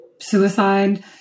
suicide